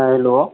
हँ हेलो